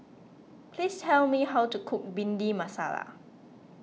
please tell me how to cook Bhindi Masala